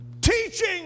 teaching